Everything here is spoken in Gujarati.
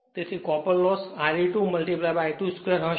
તેથી કોપર લોસ Re2 I2 2 હશે